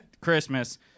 Christmas